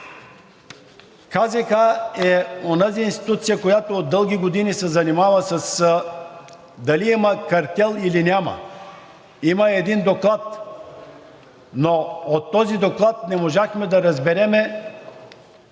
КЗК е онази институция, която дълги години се занимава с това дали има картел, или няма. Има един доклад, но от този доклад не можахме да разберем